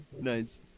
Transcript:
nice